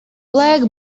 black